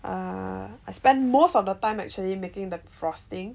err I spent most of the time actually making the frosting